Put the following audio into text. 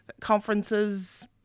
conferences